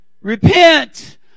Repent